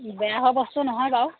বেয়া হোৱা বস্তু নহয় বাৰু